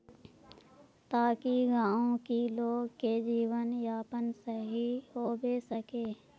ताकि गाँव की लोग के जीवन यापन सही होबे सके?